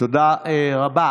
תודה רבה.